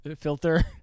filter